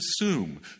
assume